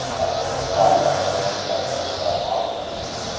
has been tried on those possessed with our modern demons.